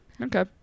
okay